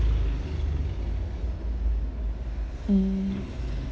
mm